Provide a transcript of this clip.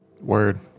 Word